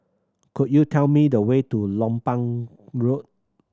could you tell me the way to Lompang Road